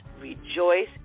rejoice